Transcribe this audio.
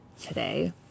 today